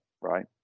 right